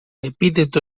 epíteto